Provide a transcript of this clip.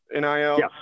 NIL